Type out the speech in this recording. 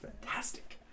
fantastic